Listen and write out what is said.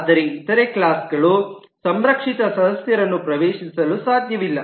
ಆದರೆ ಇತರೆ ಕ್ಲಾಸ್ಗಳು ಸಂರಕ್ಷಿತ ಸದಸ್ಯರನ್ನು ಪ್ರವೇಶಿಸಲು ಸಾಧ್ಯವಿಲ್ಲ